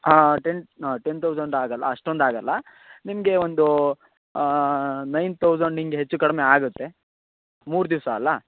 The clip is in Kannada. ಟೆನ್ ಟೆನ್ ತೌಝಂಡ್ ಆಗೋಲ್ಲ ಅಷ್ಟೊಂದು ಆಗೋಲ್ಲ ನಿಮಗೆ ಒಂದು ನೈನ್ ತೌಝಂಡ್ ಹಿಂಗ್ ಹೆಚ್ಚು ಕಡಿಮೆ ಆಗುತ್ತೆ ಮೂರು ದಿವಸ ಅಲ್ವಾ